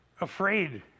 afraid